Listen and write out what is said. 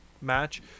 match